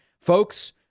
folks